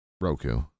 roku